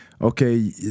okay